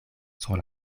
sur